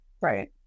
Right